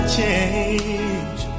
change